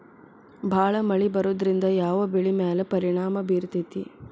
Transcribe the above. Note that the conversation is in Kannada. ಭಾಳ ಮಳಿ ಬರೋದ್ರಿಂದ ಯಾವ್ ಬೆಳಿ ಮ್ಯಾಲ್ ಪರಿಣಾಮ ಬಿರತೇತಿ?